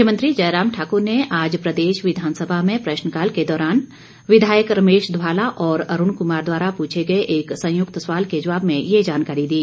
मुख्यमंत्री जयराम ठाकुर ने आज प्रदेश विधानसभा में प्रश्नकाल के दौरान विधायक रमेश धवाला और अरुण कुमार द्वारा पूछे गए एक संयुक्त सवाल के जवाब में ये जानकारी दी